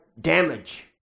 damage